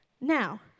Now